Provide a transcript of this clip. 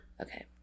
okay